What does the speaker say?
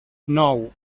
nou